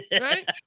Right